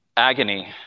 agony